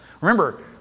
Remember